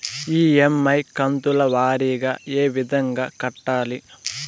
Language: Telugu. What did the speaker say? ఇ.ఎమ్.ఐ కంతుల వారీగా ఏ విధంగా కట్టాలి